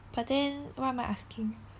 but then what am I asking